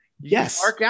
yes